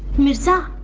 mirza.